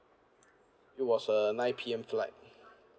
it was a nine P_M flight